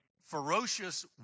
ferocious